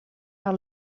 par